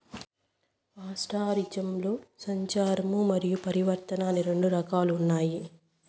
పాస్టోరలిజంలో సంచారము మరియు పరివర్తన అని రెండు రకాలు ఉన్నాయి